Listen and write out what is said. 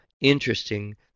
interesting